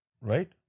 right